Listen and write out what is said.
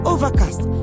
Overcast